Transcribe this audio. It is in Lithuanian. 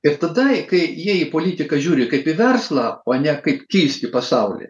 ir tada kai jie į politiką žiūri kaip į verslą o ne kaip keisti pasaulį